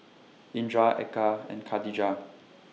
Indra Eka and Katijah